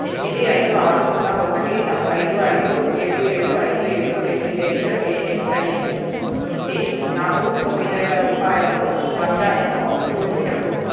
ఎనిమిది ఐదు ఆరు సున్నా ఒకటి ఐదు ఐదు ఏడు ఏడు ఐదు ఏడు ఎట్ ది రేట్ ఏఎక్స్ఐఎస్ నుండి నాకు తొమ్మిది వేల రూపాయలు వచ్చాయేమో చూసి చెప్పు